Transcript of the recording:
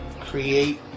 create